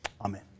amen